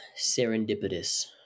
Serendipitous